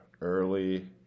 early